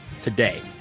today